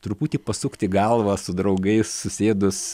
truputį pasukti galvą su draugais susėdus